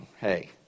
hey